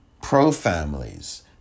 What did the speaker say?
pro-families